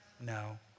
No